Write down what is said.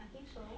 I think so